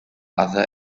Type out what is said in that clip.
other